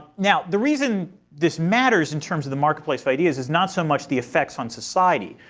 now the reason this matters in terms of the marketplace of ideas is not so much the effects on society,